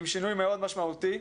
עם שינוי מאוד משמעותי,